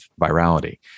virality